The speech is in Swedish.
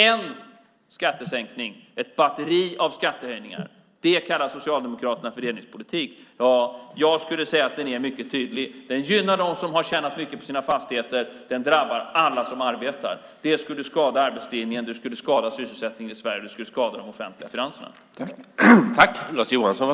En skattesänkning och ett batteri av skattehöjningar - det kallar Socialdemokraterna fördelningspolitik. Jag skulle säga att den är mycket tydlig: Den gynnar dem som har tjänat mycket på sina fastigheter, och den drabbar alla som arbetar. Det skulle skada arbetslinjen, det skulle skada sysselsättningen i Sverige och det skulle skada de offentliga finanserna.